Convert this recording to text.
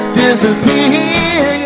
disappear